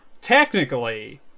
Technically